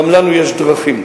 גם לנו יש דרכים,